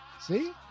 See